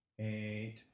Eight